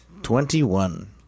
Twenty-one